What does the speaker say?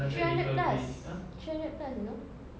three hundred plus three hundred plus you know